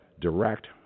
direct